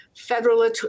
federal